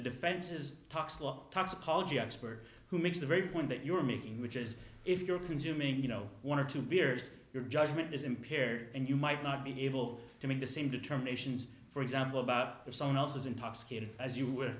defense's talks law toxicology expert who makes the very point that you're making which is if you're consuming you know one or two beers your judgment is impaired and you might not be able to make the same determinations for example about if someone else was intoxicated as you would